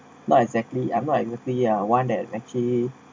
not exactly am I with the ah one that actually